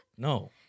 No